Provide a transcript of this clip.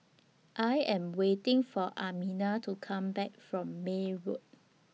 I Am waiting For Almina to Come Back from May Road